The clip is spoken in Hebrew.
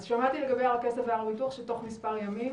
שמעתי לגבי הר הכסף והר הביטוח שתוך מספר ימים